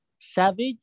Savage